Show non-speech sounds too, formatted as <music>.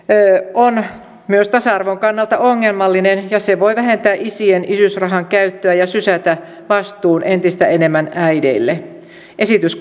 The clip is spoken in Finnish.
on myös tasa arvon kannalta ongelmallinen ja se voi vähentää isien isyysrahan käyttöä ja sysätä vastuun entistä enemmän äideille esitys <unintelligible>